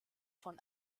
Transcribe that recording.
von